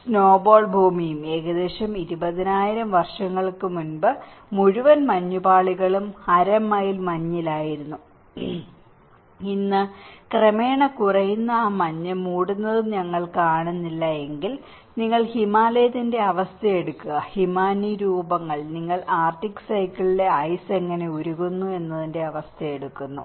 snowball ഭൂമിയും ഏകദേശം 20000 വർഷങ്ങൾക്ക് മുമ്പ് മുഴുവൻ മഞ്ഞുപാളികളും അര മൈൽ മഞ്ഞിലായിരുന്നു ഇന്ന് ക്രമേണ കുറയുന്ന ആ മഞ്ഞ് മൂടുന്നത് ഞങ്ങൾ കാണുന്നില്ല എങ്കിൽ നിങ്ങൾ ഹിമാലയത്തിന്റെ അവസ്ഥ എടുക്കുക ഹിമാനി രൂപങ്ങൾ നിങ്ങൾ ആർട്ടിക് സർക്കിളിലെ ഐസ് എങ്ങനെ ഉരുകുന്നു എന്നതിന്റെ അവസ്ഥ എടുക്കുന്നു